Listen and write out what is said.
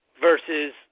versus